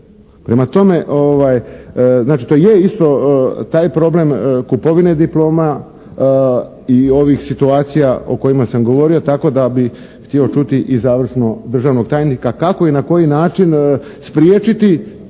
Prema tome, znači to je isto taj problem kupovine diploma i ovih situacija o kojima sam govorio da bih htio čuti i završno državnog tajnika kako i na koji način spriječiti